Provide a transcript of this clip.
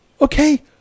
Okay